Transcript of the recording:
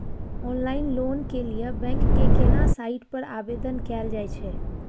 Online loan के लिए bank के केना साइट पर आवेदन कैल जाए छै?